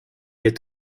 est